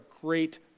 great